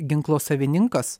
ginklo savininkas